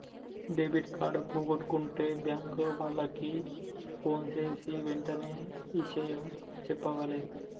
debit card పోగొట్టుకుంటే bank వాళ్లకి ఫోన్జేసి వెంటనే ఇషయం జెప్పాలే